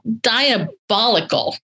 diabolical